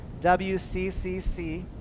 WCCC